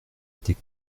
été